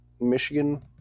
Michigan